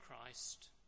Christ